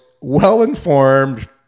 well-informed